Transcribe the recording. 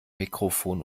mikrofon